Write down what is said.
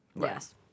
Yes